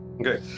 okay